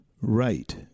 right